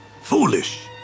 foolish